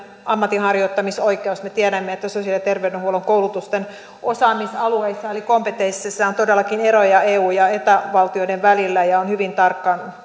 ammatinharjoittamisoikeus me tiedämme että sosiaali ja terveydenhuollon koulutusten osaamisalueissa eli kompetensseissa on todellakin eroja eu ja eta valtioiden välillä ja on hyvin tarkkaan